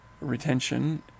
retention